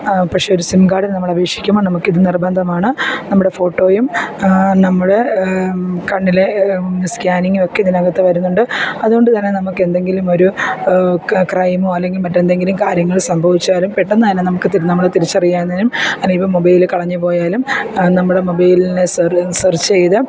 പക്ഷേ ഒരു സിം കാഡിന് നമ്മളപേക്ഷിക്കുമ്പോൾ നമുക്കിതു നിർബന്ധമാണ് നമ്മുടെ ഫോട്ടോയും നമ്മൾ കണ്ണിൽ സ്കാനിങ്ങ് ഒക്കെ ഇതിനകത്ത് വരുന്നുണ്ട് അതു കൊണ്ടു തന്നെ നമുക്കെന്തെങ്കിലുമൊരു ക്രൈമോ അല്ലെങ്കിൽ മറ്റെന്തെങ്കിലും കാര്യങ്ങൾ സംഭവിച്ചാലും പെട്ടെന്നു തന്നെ നമുക്ക് നമ്മൾ തിരിച്ചറിയാനും അല്ലേ ഇപ്പം മൊബൈൽ കളഞ്ഞു പോയാലും നമ്മുടെ മൊബൈലിന് സർച്ച് ചെയ്ത്